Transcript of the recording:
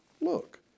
look